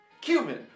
Cumin